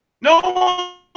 No